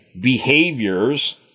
behaviors